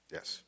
Yes